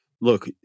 look